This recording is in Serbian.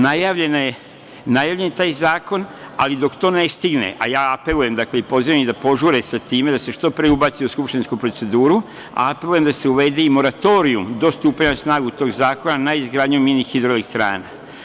Najavljen je taj zakon, ali dok to ne stigne, apelujem i pozivam ih da požure sa tim, da se što pre ubace u skupštinsku proceduru, apelujem da se uvede moratorijum, do stupanja na snagu tog zakona, na izgradnju mini hidroelektrana.